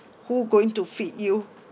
who going to feed you